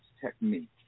technique